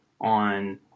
on